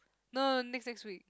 no next next week